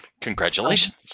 congratulations